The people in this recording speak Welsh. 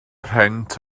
rhent